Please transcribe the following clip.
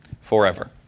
Forever